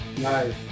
Nice